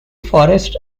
forest